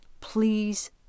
please